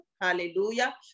hallelujah